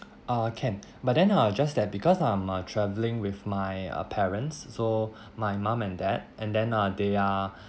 uh can but then uh just that because I'm uh travelling with my uh parents so my mom and dad and then uh they are